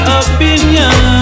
opinion